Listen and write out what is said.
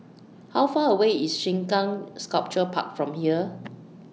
How Far away IS Sengkang Sculpture Park from here